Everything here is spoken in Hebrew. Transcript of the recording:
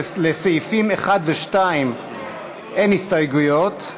לסעיפים 1 ו-2 אין הסתייגויות.